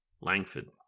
Langford